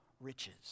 riches